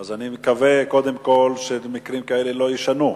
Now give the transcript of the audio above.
אני מקווה, קודם כול, שמקרים כאלה לא יישנו.